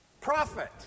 Profit